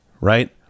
right